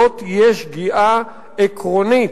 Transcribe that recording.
זו תהיה שגיאה עקרונית,